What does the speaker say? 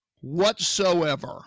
whatsoever